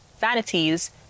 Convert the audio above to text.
vanities